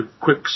quick